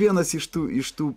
vienas iš tų iš tų